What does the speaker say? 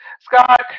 Scott